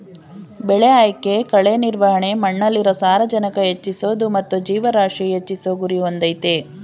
ಬೆಳೆ ಆಯ್ಕೆ ಕಳೆ ನಿರ್ವಹಣೆ ಮಣ್ಣಲ್ಲಿರೊ ಸಾರಜನಕ ಹೆಚ್ಚಿಸೋದು ಮತ್ತು ಜೀವರಾಶಿ ಹೆಚ್ಚಿಸೋ ಗುರಿ ಹೊಂದಯ್ತೆ